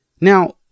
now